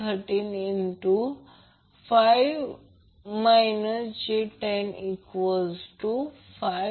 254 j135 j105